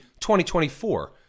2024